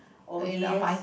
oh yes